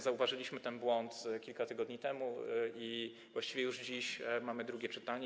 Zauważyliśmy ten błąd kilka tygodni temu i właściwie już dziś mamy drugie czytanie.